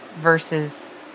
versus